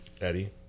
Eddie